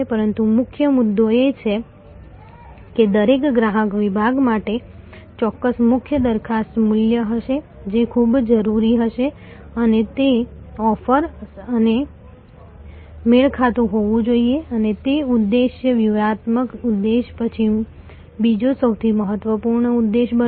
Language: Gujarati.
પરંતુ મુખ્ય મુદ્દો એ છે કે દરેક ગ્રાહક વિભાગ માટે ચોક્કસ મુખ્ય દરખાસ્ત મૂલ્ય હશે જે ખૂબ જરૂરી હશે અને તે ઓફર અને મેળ ખાતું હોવું જોઈએ અને તે ઉદ્દેશ્ય વ્યૂહાત્મક ઉદ્દેશ્ય પછી બીજો સૌથી મહત્વપૂર્ણ ઉદ્દેશ્ય બનો